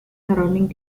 surrounding